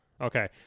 Okay